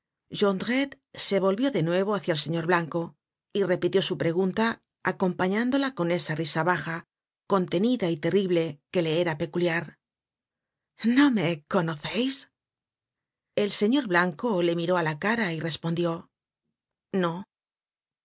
se volvió de nuevo hácia el señor blanco y repitió su pregunta acompañándola con esa risa baja contenida y terrible que le era peculiar no me conoceis el señor blanco le miró á la cara y respondió no